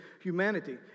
humanity